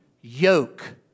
yoke